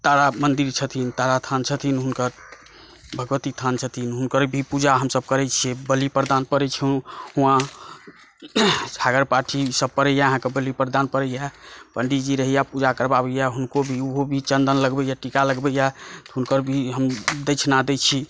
तारा मन्दिर छथिन तारास्थान छथिन हुनकर भगवती स्थान छथिन हुनकर भी पूजा हमसभ करै छियै बलि प्रदान पड़ै छै उहा छागर पाठी ई सभ पड़ैए अहाँकेॅं बलि प्रदान पड़ैए पंडीतजी रहैए पूजा करबाबैया हुनको ओहो भी चन्दन लगबैए टीका लगबैए हुनकर भी हम दक्षिणा दै छी